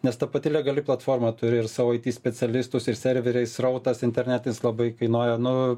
nes ta pati legali platforma turi ir savo it specialistus ir serveriai srautas internetinis labai kainuoja nu